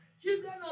Children